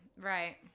Right